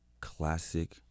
classic